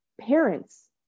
parents